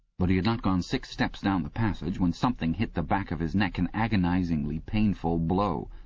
but he had not gone six steps down the passage when something hit the back of his neck an agonizingly painful blow.